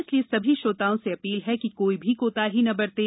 इसलिए सभी श्रोताओं से अपील है कि कोई भी कोताही न बरतें